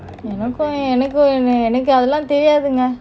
என்னாகும் என்னாகும் அதுலாம் தெரியாதுங்க:ennakum ennakum athulam teriyathunga